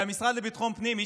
והמשרד לביטחון פנים,